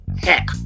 heck